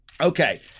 Okay